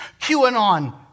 QAnon